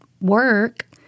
work